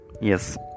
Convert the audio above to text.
Yes